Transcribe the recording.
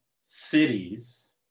cities